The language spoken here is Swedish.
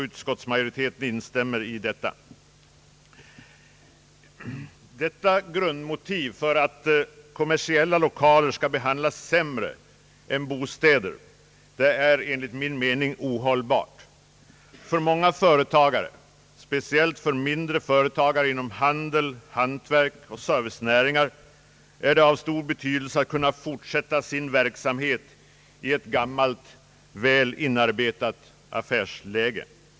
Utskottsmajoriteten instämmer i detta. Detta grundmotiv för att kommersiella lokaler skall behandlas sämre än bostäder är enligt min mening ohållbart. För många företagare, speciellt för mindre företagare inom handel, hantverk och servicenäringar, är det av stor betydelse att kunna fortsätta sin verksamhet i ett gammalt väl inarbetat affärsläge.